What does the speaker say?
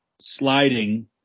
sliding